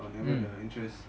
mmhmm